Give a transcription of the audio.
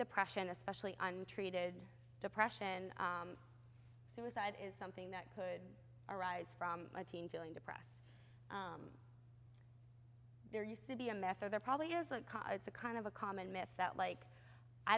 depression especially untreated depression suicide is something that could arise from a teen feeling depressed there used to be a mess or there probably isn't cause it's a kind of a common myth that like i